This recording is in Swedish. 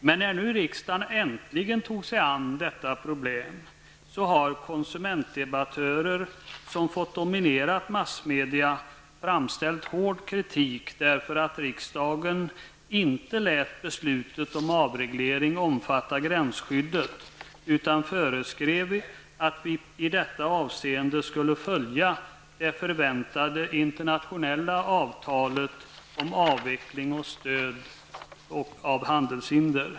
Men när nu riksdagen äntligen tog sig an detta problem så har konsumentdebattörerna, som fått dominera massmedia, framställt hård kritik därför att riksdagen inte lät beslutet om avreglering omfatta gränsskyddet utan föreskrev att vi i detta avseende skulle följa det förväntade internationella avtalet om avveckling av stöd och handelshinder.